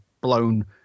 blown